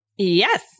Yes